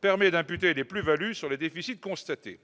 permet d'imputer les plus-values sur les déficits constatés.